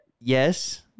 yes